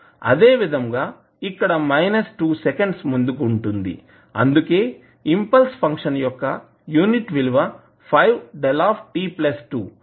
అదే విధంగా ఇక్కడ 2 సెకండ్స్ ముందుకు ఉంది అందుకే ఇంపల్స్ ఫంక్షన్ యొక్క యూనిట్ విలువ 5 𝞭t2